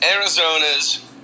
Arizona's